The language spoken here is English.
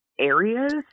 areas